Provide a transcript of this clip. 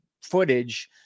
footage